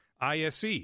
ISE